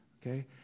Okay